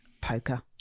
poker